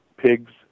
pigs